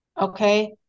okay